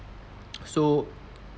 so